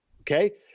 Okay